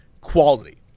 quality